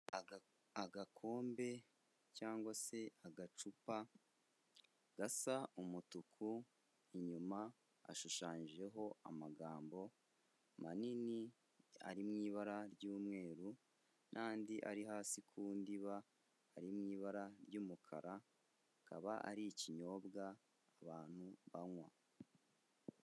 Agakombe cyangwa se agacupa gasa umutuku inyuma hashushanyijeho amagambo manini ari mu ibara ry'umweru n'andi ari hasi kundiba ari mu ibara ry'umukara, akaba ari ikinyobwa abantu banywa.